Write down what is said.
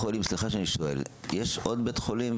סליחה שאני שואל, מלבד יוספטל, יש עוד בית חולים,